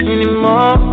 Anymore